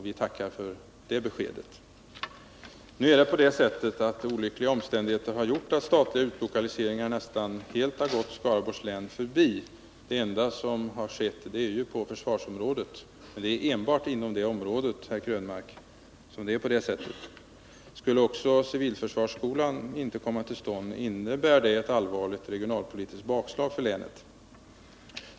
Vi tackar för det beskedet. Olyckliga omständigheter har gjort att statliga utlokaliseringar nästan helt har gått Skaraborgs län förbi. Det enda som har skett är på försvarsområdet, enbart inom det området, herr Krönmark. Skulle inte heller civilförsvarsskolan komma till stånd, innebär det ett allvarligt regionalpolitiskt bakslag för länet.